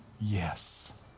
yes